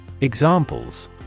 Examples